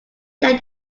that